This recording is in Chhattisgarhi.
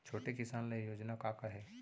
छोटे किसान ल योजना का का हे?